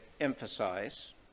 emphasize